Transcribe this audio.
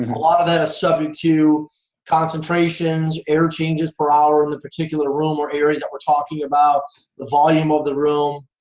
lot of that is subject to concentrations, air changes per hour in the particular room or area that we're talking about, the volume of the room.